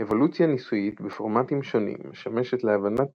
אבולוציה ניסויית בפורמטים שונים משמשת להבנת